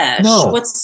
No